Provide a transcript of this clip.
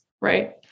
right